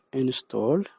install